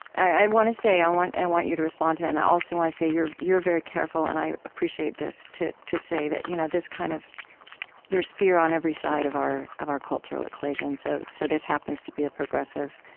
i want to say and i and want you to respond to it, and i also want to say, you're you're very careful and i appreciate this to to say that you know this kind of there's fear on every side of our of our cultural equation. so so this happens to be a progressive.